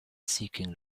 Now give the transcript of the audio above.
seeking